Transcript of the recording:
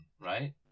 right